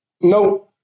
no